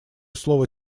слово